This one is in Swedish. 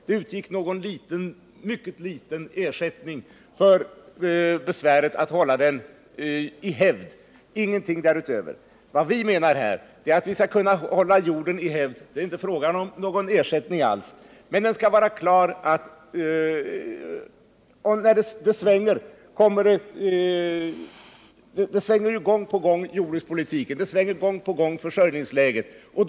Det utgår en mycket liten ersättning för besväret att hålla jorden i hävd, men ingenting därutöver. Vad vi menar är att vi skall kunna hålla jorden i hävd. Det är inte alls fråga om någon ersättning. Men jordbrukspolitiken svänger gång på gång, och försörjningsläget svänger likaså.